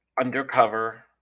undercover